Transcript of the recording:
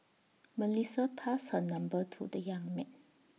Melissa passed her number to the young man